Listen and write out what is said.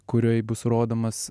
kurioj bus rodomas